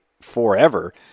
forever